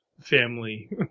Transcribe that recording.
Family